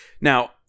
now